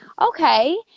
Okay